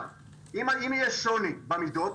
אם יהיה שוני במידות,